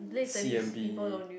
c_m_b